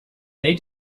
they